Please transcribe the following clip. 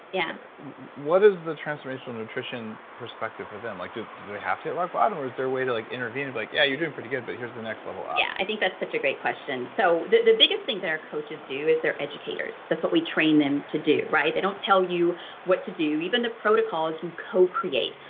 yeah what is the transformational nutrition perspective for them? like do they have to hit rock bottom, or is there a way to like intervene and be like, yeah, you're doing pretty good, but here's the next level up? yeah, i think that's such a great question so the the biggest thing that our coaches do is they're educators. that's what we train them to do, right? they don't tell you what to do, even the protocol is you co-create,